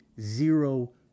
zero